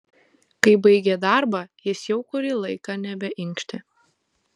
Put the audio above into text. kai baigė darbą jis jau kurį laiką nebeinkštė